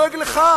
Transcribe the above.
אני לא דואג לך.